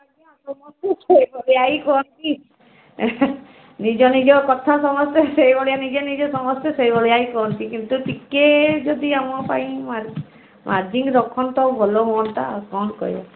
ଆଜ୍ଞା ଆପଣ ମୋତେ ସେଇଭଳିଆ ହିଁ କହନ୍ତି ନିଜ ନିଜ କଥା ସମସ୍ତେ ସେଇଭଳିଆ ନିଜେ ନିଜେ ସମସ୍ତେ ସେଇଭଳିଆ ହିଁ କହନ୍ତି କିନ୍ତୁ ଟିକେ ଯଦି ଆମ ପାଇଁ ମା ମାର୍ଜିନ ରଖନ୍ତ ଭଲ ହୁଅନ୍ତା ଆଉ କ'ଣ କହିବା